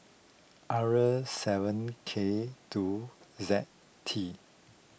R seven K two Z T